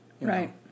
Right